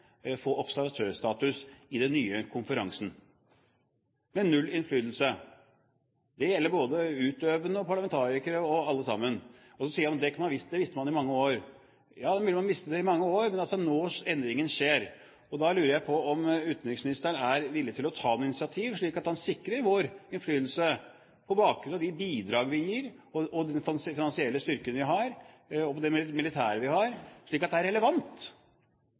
få, og kanskje ikke heller det, observatørstatus i den nye konferansen – med null innflytelse. Det gjelder både utøvende og parlamentarikere og alle sammen. Så sier man at det har man visst i mange år. Ja, det er mulig man har visst det i alle år, men det er nå endringen skjer. Da lurer jeg på om utenriksministeren er villig til å ta noe initiativ, slik at han sikrer vår innflytelse på bakgrunn av de bidrag vi gir, og den finansielle styrken vi har, og det militære vi har, slik at det er relevant.